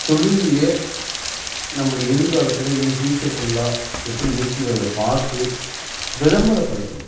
தொழில்லியே நம்முடைய எதிர்காலத்தில் in future ஃபுல்லா எப்படி இருக்குங்கிறத பார்த்து விளம்பரப்படுத்தணும்